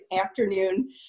afternoon